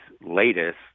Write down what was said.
latest